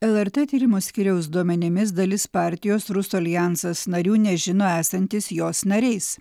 lrt tyrimų skyriaus duomenimis dalis partijos rusų aljansas narių nežino esantys jos nariais